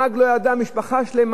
משפחה שלמה שנכחדה,